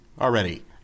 already